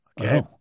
Okay